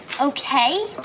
Okay